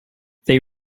they